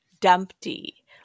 Dumpty